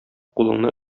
кулыңны